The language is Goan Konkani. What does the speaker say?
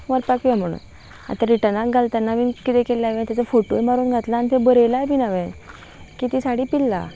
वचपाक बी म्हणून आतां रिटर्नाक घाल तेन्ना बीन कितें केल्ले हांवें तेजो फोटूय मारून घातला आनी त्य बरयलाय बीन हांवें की ती साडी पिल्ला